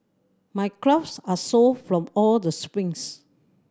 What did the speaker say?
my calves are sore from all the sprints